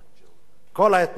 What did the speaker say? כל ההתנחלויות הן לא חוקיות.